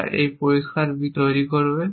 যা এই পরিষ্কার B তৈরি করবে